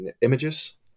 Images